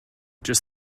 just